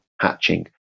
hatching